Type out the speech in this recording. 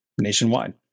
nationwide